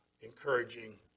encouraging